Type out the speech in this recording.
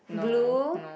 Blue